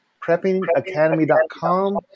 Preppingacademy.com